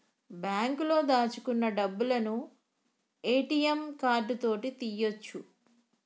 బాంకులో దాచుకున్న డబ్బులను ఏ.టి.యం కార్డు తోటి తీయ్యొచు